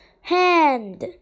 hand